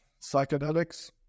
psychedelics